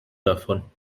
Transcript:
davon